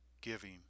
Giving